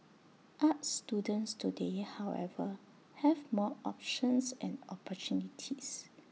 arts students today however have more options and opportunities